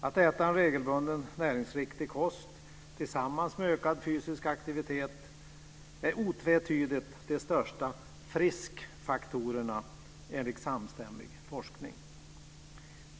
Att äta en regelbunden näringsriktig kost, tillsammans med ökad fysisk aktivitet, är otvetydigt de största friskfaktorerna enligt samstämmig forskning.